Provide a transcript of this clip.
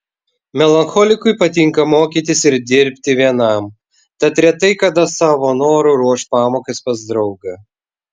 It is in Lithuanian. melancholikui patinka mokytis ir dirbti vienam tad retai kada savo noru ruoš pamokas pas draugą